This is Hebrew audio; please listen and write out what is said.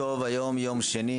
בוקר טוב, היום יום שני,